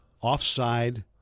offside